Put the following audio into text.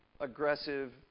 aggressive